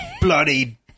bloody